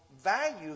value